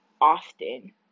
often